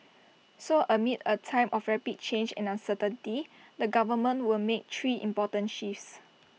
so amid A time of rapid change and uncertainty the government will make three important shifts